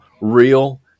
real